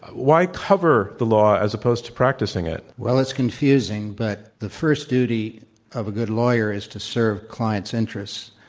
why cover the law as opposed to practicing it? well, it's confusing, but the first duty of a good lawyer is to serve clients interests.